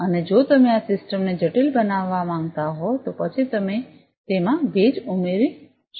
અને જો તમે આ સિસ્ટમને જટિલ બનાવવા માંગતા હો તો પછી તમે તેમાં ભેજ ઉમેરી શકો છો